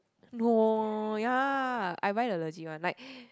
no ya I buy the legit one like